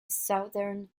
southern